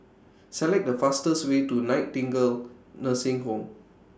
Select The fastest Way to Nightingale Nursing Home